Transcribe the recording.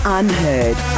unheard